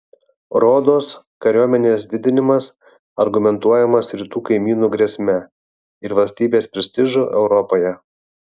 rodos kariuomenės didinimas argumentuojamas rytų kaimynų grėsme ir valstybės prestižu europoje